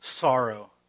sorrow